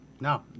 no